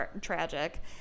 tragic